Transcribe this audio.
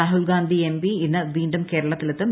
Rahul Gandhi MP ഇന്ന് വീണ്ടും കേരളത്തിലെത്തും